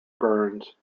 burns